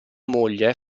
moglie